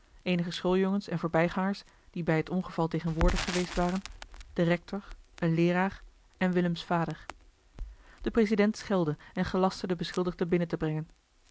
eenige schooljongens en voorbijgangers die bij het ongeval tegenwoordig geweest waren de rector een leeraar en willems vader de president schelde en gelastte den beschuldigde binnen te brengen